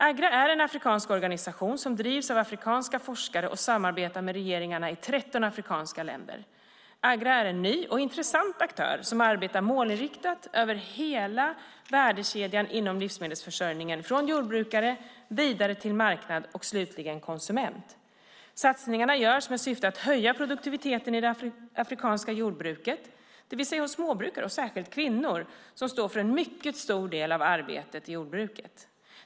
Agra är en afrikansk organisation som drivs av afrikanska forskare och samarbetar med regeringarna i 13 afrikanska länder. Agra är en ny och intressant aktör som arbetar målinriktat med hela värdekedjan inom livsmedelsförsörjningen, från jordbrukare vidare till marknad och slutligen konsument. Satsningarna görs med syfte att höja produktiviteten i det afrikanska jordbruket, det vill säga hos småbrukare och särskilt kvinnor, som står för en mycket stor del av arbetet i jordbruket.